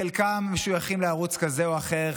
חלקם משויכים לערוץ כזה או אחר,